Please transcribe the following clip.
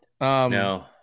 No